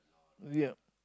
ya